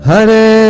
Hare